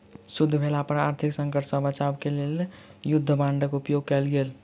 युद्ध भेला पर आर्थिक संकट सॅ बचाब क लेल युद्ध बांडक उपयोग कयल गेल